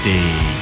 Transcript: Day